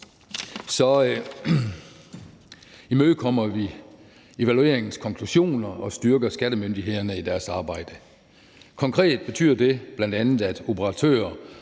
imødekommer vi evalueringens konklusioner og styrker skattemyndighederne i deres arbejde. Konkret betyder det bl.a., at operatører